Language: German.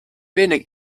wenig